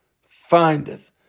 findeth